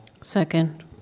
Second